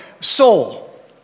soul